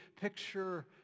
picture